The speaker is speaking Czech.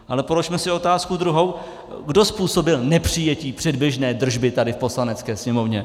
Ale položme si otázku druhou, kdo způsobil nepřijetí předběžné držby tady v Poslanecké sněmovně?